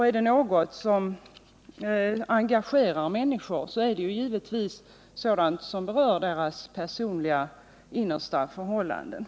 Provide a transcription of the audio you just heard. Är det något som engagerar människor är det givetvis sådant som berör deras innersta personliga förhållanden.